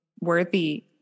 worthy